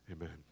Amen